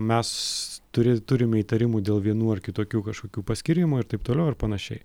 mes turi turime įtarimų dėl vienų ar kitokių kažkokių paskyrimų ir taip toliau ir panašiai